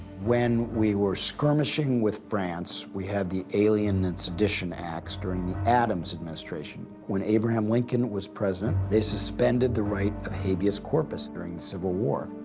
when we were skirmishing with france, we had the alien and sedition acts during the adams administration. when abraham lincoln was president, they suspended the right of habeas corpus, during the civil war.